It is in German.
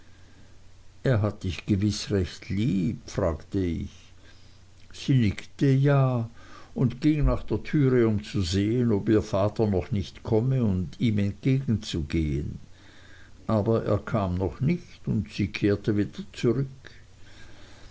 er hat dich gewiß recht lieb fragte ich sie nickte ja und ging nach der türe um zu sehen ob ihr vater noch nicht komme und ihm entgegenzugehen aber er kam noch nicht und sie kehrte wieder zurück